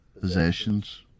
possessions